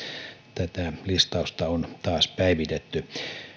tätä listausta on taas päivitetty